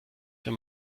wenn